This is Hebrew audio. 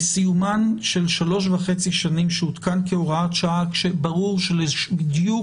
בסיומן של שלוש שנים וחצי שהותקן כהוראת שעה וברור שבדיוק